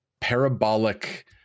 parabolic